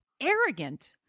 arrogant